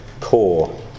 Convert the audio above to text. core